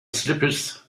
slippers